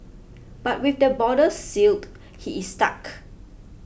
but with the borders sealed he is stuck